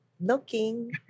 looking